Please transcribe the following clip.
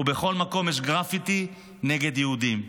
ובכל מקום יש גרפיטי נגד יהודים.